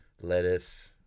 Lettuce